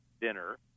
dinner